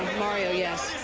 mario, yes.